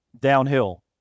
downhill